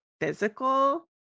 physical